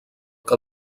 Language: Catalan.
que